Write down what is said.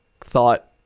thought